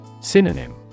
Synonym